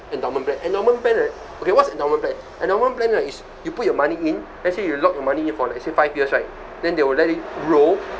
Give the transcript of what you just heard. endowment plan endowment plan right okay what's endowment plan endowment plan right is you put your money in let's say you lock your money in for let's say five years right then they will let it roll